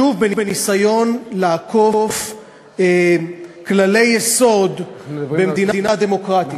שוב בניסיון לעקוף כללי יסוד במדינה דמוקרטית.